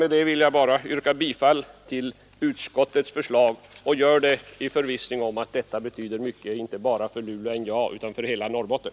Med detta vill jag bara yrka bifall till utskottets hemställan, och jag gör det i förvissning om att ett genomförande av vad utskottet föreslår betyder mycket inte bara för Luleå och NJA utan för hela Norrbotten.